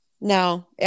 no